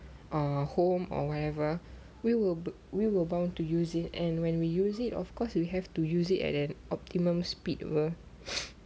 or home or whatever we will we will bound to use it and when we use it of course you have to use it at an optimum speed [pe]